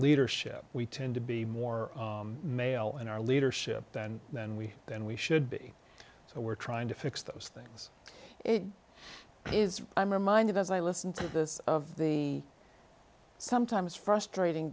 leadership we tend to be more male in our leadership and then we then we should be so we're trying to fix those things it is i'm reminded as i listen to this of the sometimes frustrating